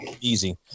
Easy